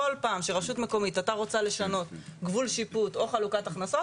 כל פעם שראשות מקומית היתה רוצה לשנות גבול שיפוט או חלוקת הכנסות,